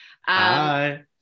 Hi